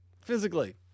physically